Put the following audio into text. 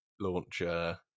launcher